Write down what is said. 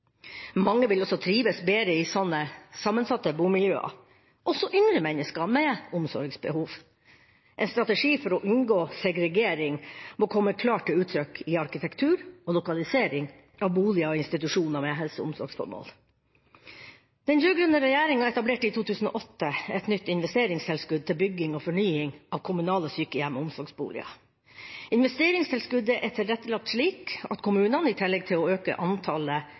Mange vil også trives bedre i sånne sammensatte bomiljøer, også yngre mennesker med omsorgsbehov. En strategi for å unngå segregering må komme klart til uttrykk i arkitektur og lokalisering av boliger og institusjoner med helse- og omsorgsformål. Den rød-grønne regjeringa etablerte i 2008 et nytt investeringstilskudd til bygging og fornying av kommunale sykehjem og omsorgsboliger. Investeringstilskuddet er tilrettelagt slik at kommunene, i tillegg til å øke antallet